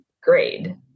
grade